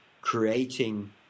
creating